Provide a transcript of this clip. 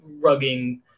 rugging